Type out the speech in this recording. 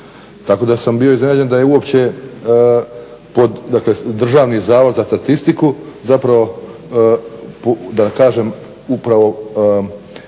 Tako da sam bio iznenađen da je uopće dakle Državni zavod za statistiku zapravo da kažem upravo